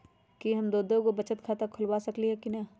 कि हम दो दो गो बचत खाता खोलबा सकली ह की न?